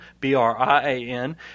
B-R-I-A-N